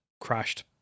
crashed